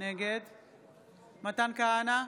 נגד מתן כהנא,